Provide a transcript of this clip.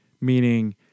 meaning